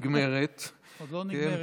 נגמרת, עוד לא נגמרת.